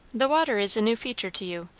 the water is a new feature to you.